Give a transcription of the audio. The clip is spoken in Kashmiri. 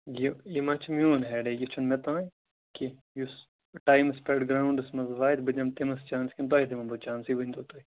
یہِ یہِ ما چھُ میٛون ہیٚڈیٚک یہِ چھُنہٕ مےٚ تام کیٚنٛہہ یُس ٹایمَس پیٚٹھ گراوُنٛڈَس مَنٛز واتہِ بہٕ دِمہٕ تٔمِس چانس کِنہٕ تۄہہِ دِمو بہٕ چانس یہِ ؤنۍتَو تُہۍ